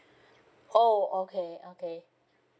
oh okay okay